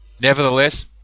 Nevertheless